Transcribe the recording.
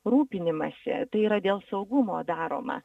rūpinimąsi tai yra dėl saugumo daroma